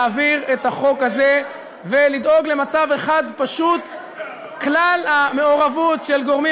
להעביר את החוק הזה ולדאוג למצב אחד פשוט: כלל המעורבות של גורמים